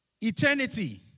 eternity